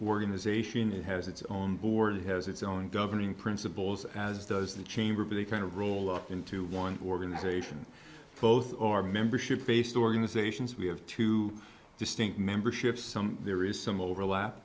organization it has its own board it has its own governing principles as does the chamber but they kind of roll up into one organization both our membership based organizations we have two distinct membership some there is some overlap